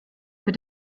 für